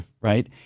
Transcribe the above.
Right